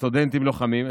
לסטודנטים לוחמים,